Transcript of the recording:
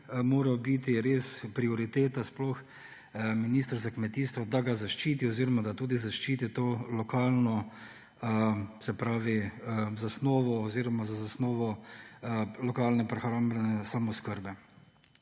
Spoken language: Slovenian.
moral biti res prioriteta, sploh ministra za kmetijstvo, da ga za ščiti oziroma da tudi zaščiti to lokalno zasnovo oziroma za zasnovo lokalne prehrambne samooskrbe.